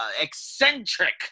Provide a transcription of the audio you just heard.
Eccentric